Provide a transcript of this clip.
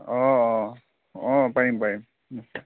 অঁ অঁ অঁ পাৰিম পাৰিম